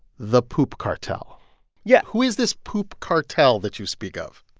the poop cartel yeah, who is this poop cartel that you speak of?